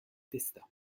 testa